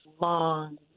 long